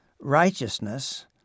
righteousness